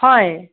হয়